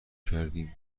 کردیم